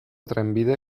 trenbide